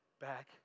back